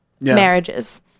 marriages